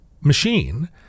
Machine